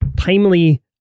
timely